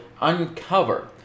uncover